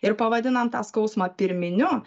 ir pavadinam tą skausmą pirminiu